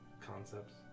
concepts